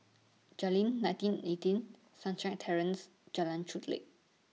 Jayleen nineteen eighteen Sunshine Terrace and Jalan Chulek